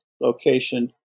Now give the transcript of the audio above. location